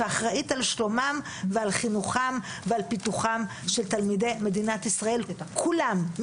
שאחראית על שלומם ועל חינוכם ועל פיתוחם של תלמידי מדינת ישראל כולם.